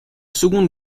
seconde